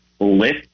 List